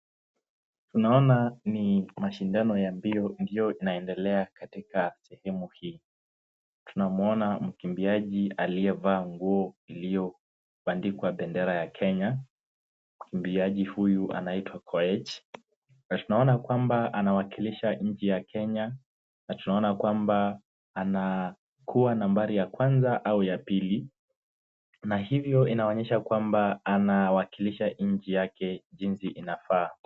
Tunaona ni mashindano ya mbio ndio inaendelea katika sehemu hii. Tunamuona mkimbiaji aliyevaanguo iliyobandikwa bendera ya Kenya. Mkimbiaji huyuu anaitwa Koech. Na tunaona kwamba anawakilisha nchi ya Kenya na tunaona kwamba anakua nambari ya kwanza au ya pili. Na hivo inaonyesha kwamba anawakilisha nchi yake jinsi inafaa.